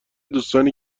دوستانی